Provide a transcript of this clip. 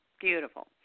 beautiful